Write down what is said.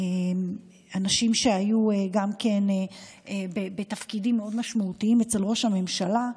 אנשים שהיו גם בתפקידים מאוד משמעותיים אצל ראש הממשלה,